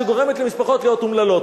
שגורמת למשפחות להיות אומללות.